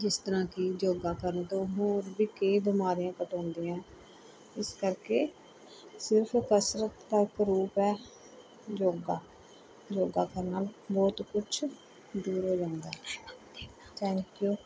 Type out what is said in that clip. ਜਿਸ ਤਰ੍ਹਾਂ ਕਿ ਯੋਗਾ ਕਰਨ ਤੋਂ ਹੋਰ ਵੀ ਕਈ ਬਿਮਾਰੀਆਂ ਖਤਮ ਹੁੰਦੀਆਂ ਹੈ ਇਸ ਕਰਕੇ ਸਿਰਫ਼ ਕਸਰਤ ਦਾ ਇੱਕ ਰੂਪ ਹੈ ਯੋਗਾ ਯੋਗਾ ਕਰਨ ਨਾਲ ਬਹੁਤ ਕੁਛ ਦੂਰ ਹੋ ਜਾਂਦਾ ਹੈ ਥੈਂਕ ਊ